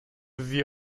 sie